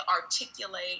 articulate